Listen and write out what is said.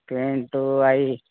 paint అవి